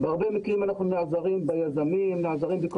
בהרבה מקרים אנחנו נעזרים ביזמים ובכל